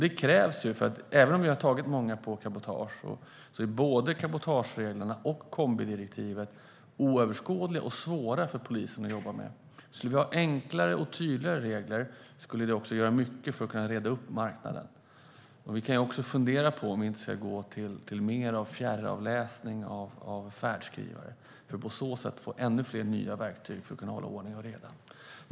Det krävs, för även om vi har tagit många på cabotage är både cabotagereglerna och kombidirektivet oöverskådliga och svåra för polisen att jobba med. Skulle vi ha enklare och tydligare regler skulle det göra mycket för att kunna rensa upp på marknaden. Vi kan också fundera på om vi inte ska gå till mer av fjärravläsning av färdskrivare för att på så sätt få ännu fler nya verktyg för att kunna hålla ordning och reda.